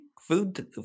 Food